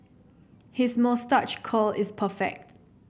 his moustache curl is perfect